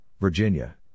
Virginia